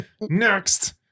Next